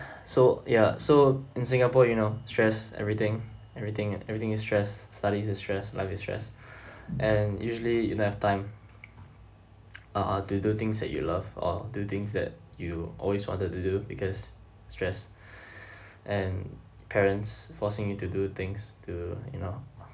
so ya so in singapore you know stress everything everything everything is stress studies is stress life is stress and usually you don't have time uh to do things that you love or do things that you always wanted to do because stress and parents forcing you to do things to you know